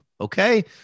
Okay